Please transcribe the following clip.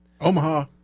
Omaha